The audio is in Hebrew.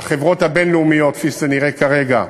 החברות הבין-לאומיות, כפי שזה נראה כרגע,